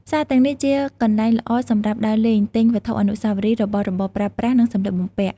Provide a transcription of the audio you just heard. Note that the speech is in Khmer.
ផ្សារទាំងនេះជាកន្លែងល្អសម្រាប់ដើរលេង ទិញវត្ថុអនុស្សាវរីយ៍ របស់របរប្រើប្រាស់ និងសម្លៀកបំពាក់ ។